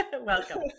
welcome